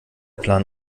plan